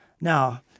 Now